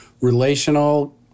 Relational